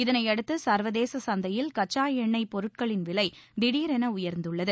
இதனையடுத்து சா்வதேச சந்தையில் கச்சா எண்ணெய் பொருட்களின் விலை திடீரென உயா்ந்துள்ளது